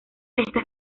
estas